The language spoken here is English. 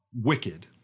Wicked